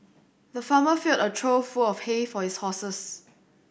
the farmer filled a trough full of hay for his horses